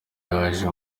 yaje